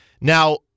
Now